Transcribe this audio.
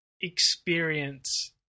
experience